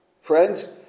Friends